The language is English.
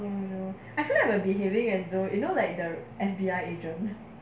you know I feel like we are behaving as though you know like the F_B_I agent